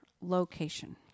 location